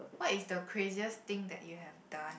what is the craziest thing that you have done